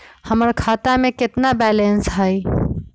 हमर खाता में केतना बैलेंस हई?